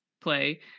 play